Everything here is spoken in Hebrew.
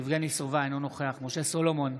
יבגני סובה, אינו נוכח משה סולומון,